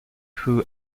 who